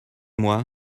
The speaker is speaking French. moi